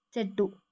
చెట్టు